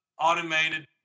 automated